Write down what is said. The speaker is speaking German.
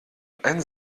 ein